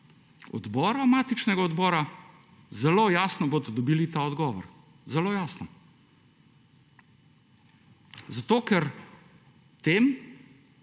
odbora, matičnega odbora, zelo jasno boste dobili ta odgovor. Zelo jasno. Zato ker tem